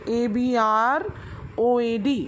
abroad